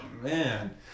man